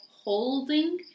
holding